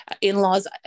in-laws